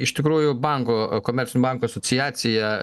iš tikrųjų banko komercinių bankų asociacija